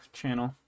channel